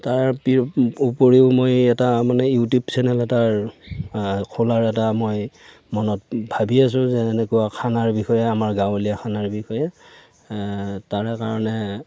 তাৰ উপৰিও মই এটা মানে ইউটিউব চেনেল এটাৰ খোলাৰ এটা মই মনত ভাবি আছো যে এনেকুৱা খানাৰ বিষয়ে আমাৰ গাঁৱলীয়া খানাৰ বিষয়ে তাৰকাৰণে